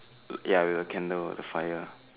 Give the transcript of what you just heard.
ya with the candle the fire